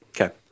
Okay